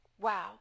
Wow